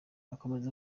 akomeza